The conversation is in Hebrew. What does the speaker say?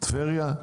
טבריה?